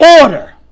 order